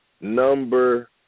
number